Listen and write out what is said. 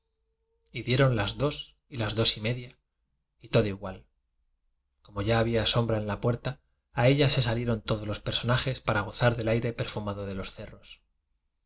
dieron las dos y las dos y media y todo igual como ya había sombra en la puerta a ella se salieron todos los persona jes para gozar del aire perfumado de los cerros